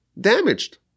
damaged